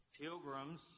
pilgrims